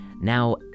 Now